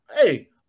hey